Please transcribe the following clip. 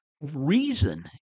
reason